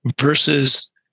versus